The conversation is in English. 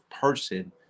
person